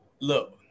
Look